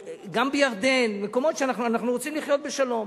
גם בירדן, מקומות שאנחנו רוצים לחיות בשלום